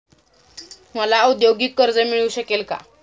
मला औद्योगिक कर्ज मिळू शकेल का?